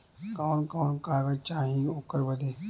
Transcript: कवन कवन कागज चाही ओकर बदे?